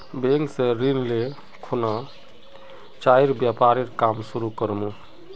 bank स ऋण ले खुना चाइर व्यापारेर काम शुरू कर मु